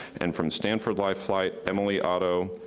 and from stanford life flight emily otto,